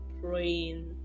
praying